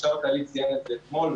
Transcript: החשב הכללי ציין את זה אתמול,